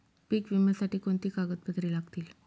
पीक विम्यासाठी कोणती कागदपत्रे लागतील?